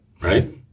right